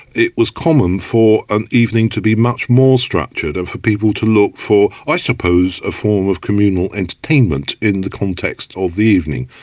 it was common for an evening to be much more structured and for people to look for i suppose, a form of communal entertainment in the context of the evening.